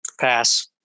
Pass